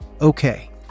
Okay